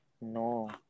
No